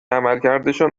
عملکردشان